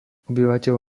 obyvateľ